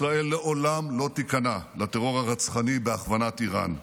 ישראל לעולם לא תיכנע לטרור הרצחני בהכוונת איראן.